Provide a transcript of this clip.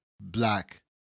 black